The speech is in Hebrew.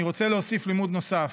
אני רוצה להוסיף לימוד נוסף,